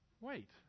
Wait